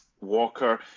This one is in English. Walker